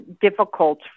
difficult